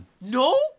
no